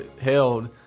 held